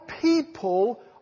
people